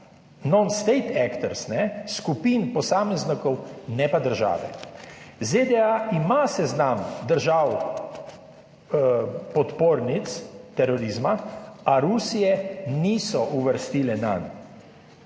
non-tate actors«, skupin posameznikov, ne pa države. ZDA ima seznam držav podpornic terorizma, a Rusije niso uvrstile nanj.